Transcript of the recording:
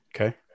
Okay